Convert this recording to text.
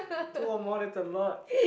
two or more that's a lot